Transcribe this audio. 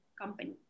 company